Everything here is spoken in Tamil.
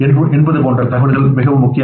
என்பது போன்ற தகவல்கள் மிகவும் முக்கியமானது